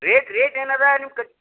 rate rate ಏನು ಅದ ನೀವು